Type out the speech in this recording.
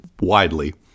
widely